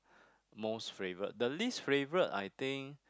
most favourite the least favourite I think